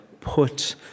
put